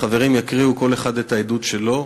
החברים יקריאו כל אחד את העדות שלו.